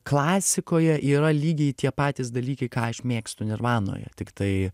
klasikoje yra lygiai tie patys dalykai ką aš mėgstu nirvanoje tiktai